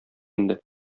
инде